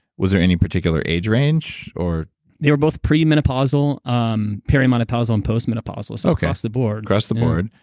was there any particular age range or they were both premenopausal, um perimenopausal and post-menopausal. so across the board across the board.